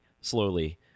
slowly